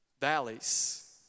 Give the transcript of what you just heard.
valleys